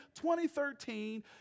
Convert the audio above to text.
2013